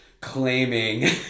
claiming